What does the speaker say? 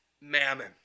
mammon